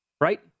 Right